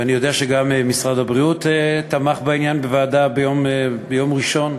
ואני יודע שגם משרד הבריאות תמך בעניין בוועדה ביום ראשון.